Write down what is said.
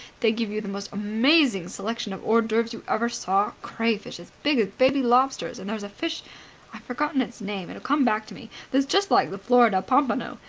they give you the most amazing selection of hors d'oeuvres you ever saw. crayfish as big as baby lobsters! and there's a fish i've forgotten it's name, it'll come back to me that's just like the florida pompano.